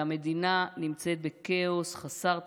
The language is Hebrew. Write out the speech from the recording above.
והמדינה נמצאת בכאוס חסר תקדים.